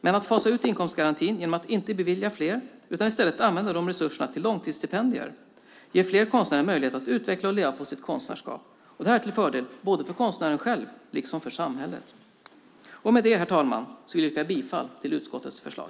Men att fasa ut inkomstgarantin genom att inte bevilja fler utan i stället använda resurserna till långtidsstipendier ger fler konstnärer en möjlighet att utvecklas och leva på sitt konstnärskap. Det är till fördel både för konstnären själv och för samhället. Med det herr talman, vill jag yrka bifall till utskottets förslag.